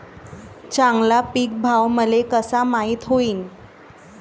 चांगला पीक भाव मले कसा माइत होईन?